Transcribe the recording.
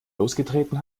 losgetreten